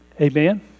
Amen